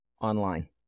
online